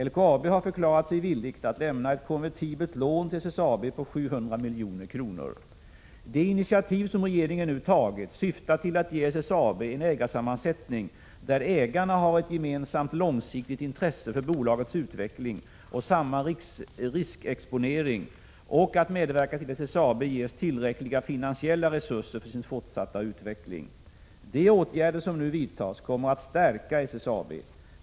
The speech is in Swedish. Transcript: LKAB har förklarat sig villigt att lämna ett konvertibelt lån till SSAB på 700 milj.kr. 73 De initiativ som regeringen nu tagit syftar till att ge SSAB en ägarsammansättning där ägarna har ett gemensamt långsiktigt intresse för bolagets utveckling och samma riskexponering och att medverka till att SSAB ges tillräckliga finansiella resurser för sin fortsatta utveckling. De åtgärder som nu vidtas kommer att stärka SSAB.